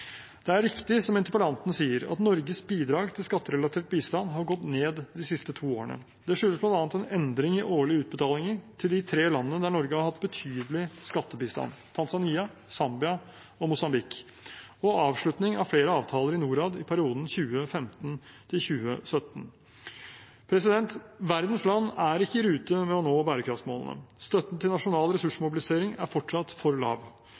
Det er riktig som interpellanten sier, at Norges bidrag til skatterelatert bistand har gått ned de siste to årene. Det skyldes bl.a. en endring i årlige utbetalinger til de tre landene der Norge har hatt betydelig skattebistand – Tanzania, Zambia og Mosambik – og avslutning av flere avtaler i Norad i perioden 2015–2017. Verdens land er ikke i rute med å nå bærekraftsmålene. Støtten til nasjonal ressursmobilisering er fortsatt for lav.